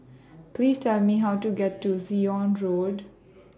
Please Tell Me How to get to Zion Road